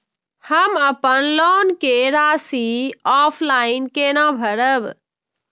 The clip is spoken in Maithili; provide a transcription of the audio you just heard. हम अपन लोन के राशि ऑफलाइन केना भरब?